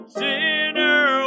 sinner